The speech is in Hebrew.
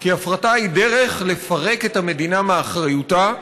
כי ההפרטה היא דרך לפרק את המדינה מאחריותה,